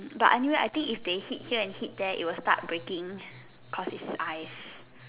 but anyway I think if they hit here and they hit there it will start breaking cause it's ice